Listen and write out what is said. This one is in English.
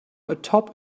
atop